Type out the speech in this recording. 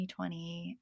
2020